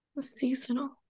seasonal